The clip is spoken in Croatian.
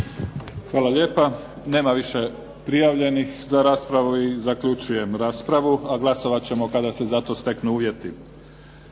Hvala lijepa. Nema više prijavljenih za raspravu i zaključujem raspravu. A glasovat ćemo kada se za to steknu uvjeti.